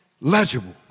legible